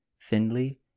thinly